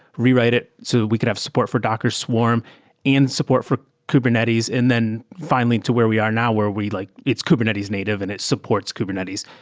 rewrite it so we could have support for docker swarm and support for kubernetes, and then finally to where we are now where we like it's kubernetes native and it supports kubernetes.